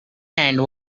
hand